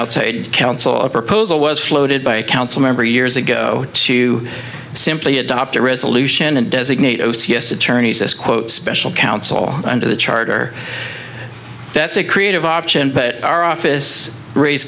outside counsel a proposal was floated by a council member years ago to simply adopt a resolution and designate o c s attorneys this quote special council under the charter that's a creative option but our office ra